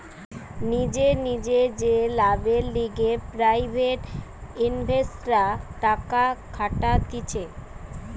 নিজের নিজের যে লাভের লিগে প্রাইভেট ইনভেস্টররা টাকা খাটাতিছে